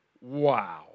wow